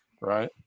right